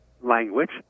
language